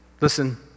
Listen